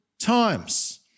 times